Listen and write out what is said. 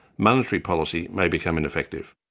monetary policy may become ineffective.